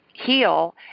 heal